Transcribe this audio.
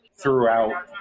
throughout